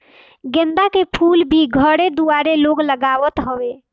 गेंदा के फूल भी घरे दुआरे लोग लगावत हवे